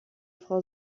frau